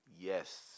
Yes